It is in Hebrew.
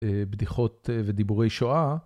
בדיחות ודיבורי שואה.